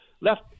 left